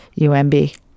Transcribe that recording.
umb